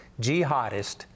jihadist